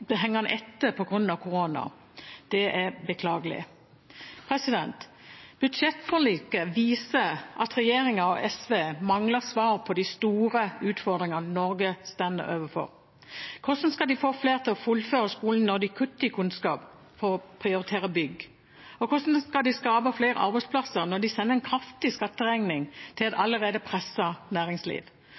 korona. Det er beklagelig. Budsjettforliket viser at regjeringen og SV mangler svar på de store utfordringene Norge står overfor. Hvordan skal de få flere til å fullføre skolen når de kutter i kunnskap for å prioritere bygg? Hvordan skal de skape flere arbeidsplasser når de sender en kraftig skatteregning til et allerede presset næringsliv?